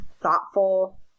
thoughtful